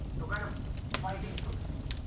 to kind of fighting through this.